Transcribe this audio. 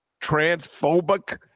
Transphobic